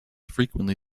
frequently